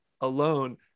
alone